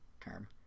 term